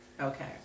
okay